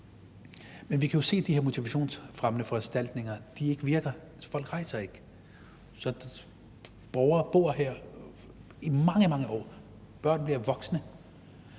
Men vi kan jo se, at de her motivationsfremmende foranstaltninger ikke virker, for folk rejser ikke, så de bliver boende her i mange år, deres børn bliver voksne